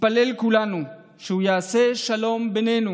נתפלל כולנו שהוא יעשה שלום בינינו